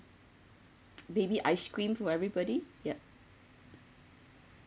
maybe ice cream for everybody yup